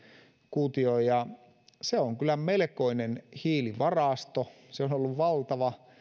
kuutioon ja se on kyllä melkoinen hiilivarasto se on ollut valtava